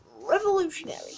revolutionary